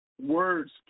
words